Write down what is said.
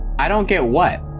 i don't get what?